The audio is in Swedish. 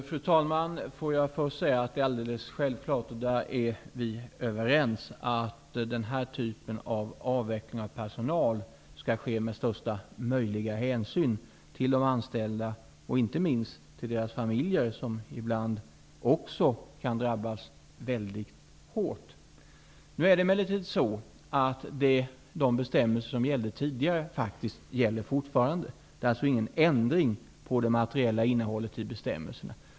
Fru talman! Får jag först säga att det är alldeles självklart att denna typ av avveckling av personal skall ske med största möjliga hänsyn till de anställda och inte minst till deras familjer, som ibland också kan drabbas mycket hårt. Där är vi överens. Det är emellertid så att de bestämmelser som gällde tidigare faktiskt gäller fortfarande. Det har alltså inte skett någon ändring av det materiella innehållet i bestämmelserna.